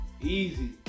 easy